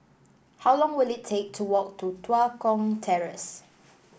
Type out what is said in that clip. how long will it take to walk to Tua Kong Terrace